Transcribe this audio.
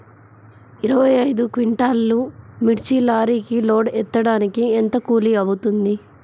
ఇరవై ఐదు క్వింటాల్లు మిర్చి లారీకి లోడ్ ఎత్తడానికి ఎంత కూలి అవుతుంది?